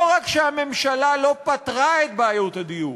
לא רק שהממשלה לא פתרה את בעיות הדיור,